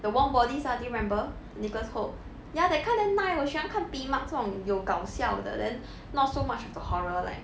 the warm bodies ah do you remember nicholas hoult ya that kind then nice 我喜欢看 pee mak 这种有搞笑的 then not so much of the horror like